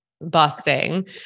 busting